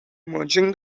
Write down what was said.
merging